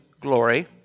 glory